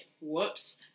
Whoops